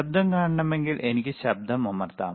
ശബ്ദം കാണണമെങ്കിൽ എനിക്ക് ശബ്ദം അമർത്താം